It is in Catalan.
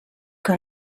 que